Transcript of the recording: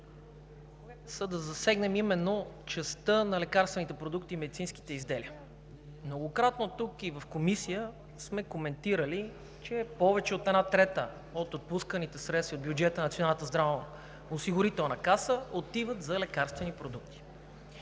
са да засегнем именно частта на лекарствените продукти и медицинските изделия. Многократно тук и в Комисията сме коментирали, че повече от една трета от отпусканите средства и бюджетът на Националната здравноосигурителна каса отиват за лекарствени продукти.